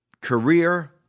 career